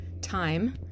time